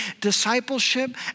discipleship